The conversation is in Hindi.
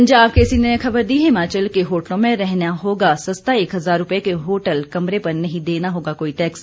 पंजाब केसरी ने खबर दी है हिमाचल के होटलों में रहना होगा सस्ता एक हजार रूपये के होटल कमरे पर नहीं देना होगा कोई टैक्स